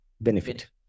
benefit